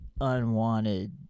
unwanted